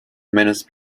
menace